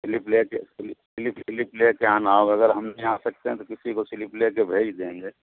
slip لے کے slip لے کے آنا ہوگا اگر ہم نہیں آسکتے تو کسی کو سلپ لے کے بھیج دیں گے